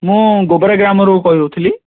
ମୁଁ ଗୋବରା ଡ୍ୟାମ୍ରୁ କହି ହେଉଥିଲି